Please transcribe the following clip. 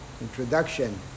introduction